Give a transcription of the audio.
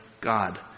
God